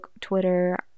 twitter